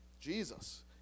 Jesus